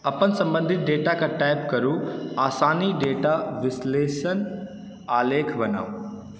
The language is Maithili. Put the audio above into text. अपन सम्बन्धित डेटा के टाइप करू आ सानीसँ डेटा विश्लेषण आलेख बनाउ